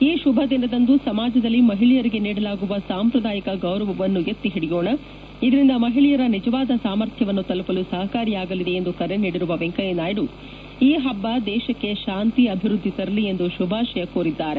ಈ ಶುಭದಿನದಂದು ಸಮಾಜದಲ್ಲಿ ಮಹಿಳೆಯರಿಗೆ ನೀಡಲಾಗುವ ಸಾಂಪ್ರದಾಯಿಕ ಗೌರವವನ್ನು ಎತ್ತಿಹಿಡಿಯೋಣ ಇದರಿಂದ ಮಹಿಳೆಯರ ನಿಜವಾದ ಸಾಮರ್ಥ್ಯವನ್ನು ತಲುಪಲು ಸಹಕಾರಿಯಾಗಲಿದೆ ಎಂದು ಕರೆ ನೀಡಿರುವ ವೆಂಕಯ್ಯನಾಯ್ಡು ಈ ಹಬ್ಬ ದೇಶಕ್ಕೆ ಶಾಂತಿ ಅಭಿವೃದ್ಧಿ ತರಲಿ ಎಂದು ಶುಭಾಶಯ ಕೋರಿದ್ದಾರೆ